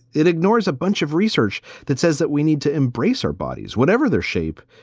it ignores a bunch of research that says that we need to embrace our bodies, whatever their shape,